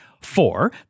Four